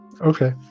Okay